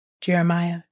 Jeremiah